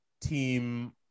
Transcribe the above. team